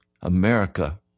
America